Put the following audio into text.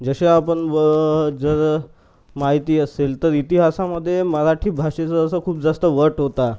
जसे आपण व जर माहिती असेल तर इतिहासामध्ये मराठी भाषेचा असा खूप जास्त वट होता